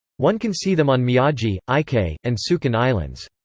one can see them on miyagi, ikei, and tsuken islands.